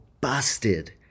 busted